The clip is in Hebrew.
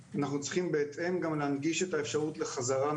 עד שלא נראה את זה באתר לא מקבלים תעודת הוקרה.